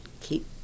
keep